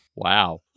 wow